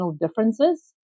differences